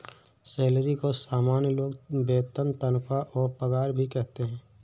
salary को सामान्य लोग वेतन तनख्वाह और पगार भी कहते है